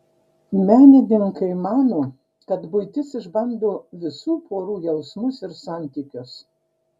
menininkai mano kad buitis išbando visų porų jausmus ir santykius